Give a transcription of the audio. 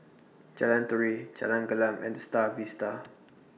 Jalan Turi Jalan Gelam and The STAR Vista